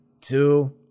two